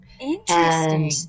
Interesting